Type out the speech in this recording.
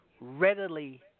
readily